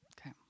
Okay